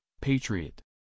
Patriot